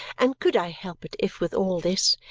and could i help it if with all this,